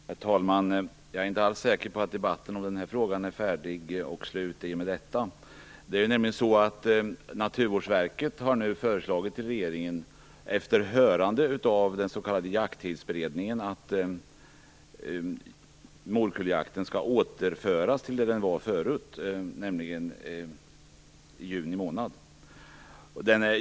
Herr talman! Jag är inte alls säker på att debatten i denna fråga är slut i och med detta. Naturvårdsverket har nämligen föreslagit regeringen, efter hörande av den s.k. Jakttidsberedningen, att morkulljakten skall återföras till den tid då den tidigare ägde rum, nämligen under juni månad.